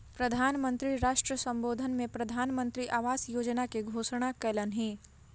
प्रधान मंत्री राष्ट्र सम्बोधन में प्रधानमंत्री आवास योजना के घोषणा कयलह्नि